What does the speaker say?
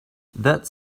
that